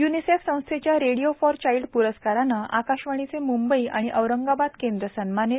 UNICEF संस्थेच्या radio for child प्रस्कारानं आकाशवाणीचे मुंबई आणि औरंगाबाद केंद्र सन्मानित